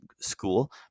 school